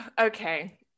Okay